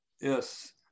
Yes